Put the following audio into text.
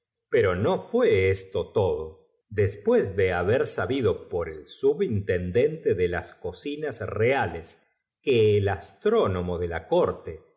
cuánpero no fué esto todo después do habet sabido por el subintendente de las cocinas reales que el astrónomo de la corte